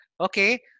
Okay